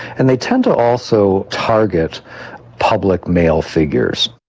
and they tend to also target public male figures.